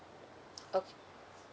oh